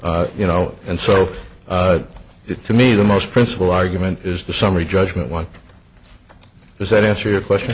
d you know and so it to me the most principal argument is the summary judgment one does that answer your question